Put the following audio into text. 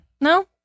No